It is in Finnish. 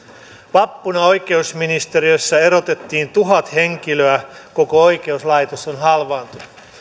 vappuna oikeusministeriössä erotettiin tuhat henkilöä koko oikeuslaitos on halvaantunut